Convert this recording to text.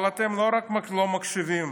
אבל לא רק שאתם לא מקשיבים